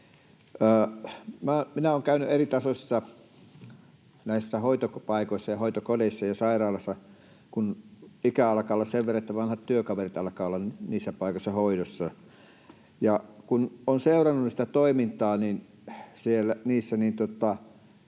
Minä olen käynyt eritasoisissa hoitopaikoissa ja hoitokodeissa ja sairaaloissa, kun ikää alkaa olla sen verran, että vanhat työkaverit alkavat olla niissä paikoissa hoidossa. Kun olen seurannut toimintaa niissä,